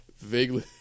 vaguely